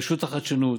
רשות החדשנות,